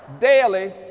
daily